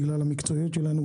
בגלל המקצועיות שלנו,